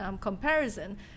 comparison